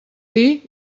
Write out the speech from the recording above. dir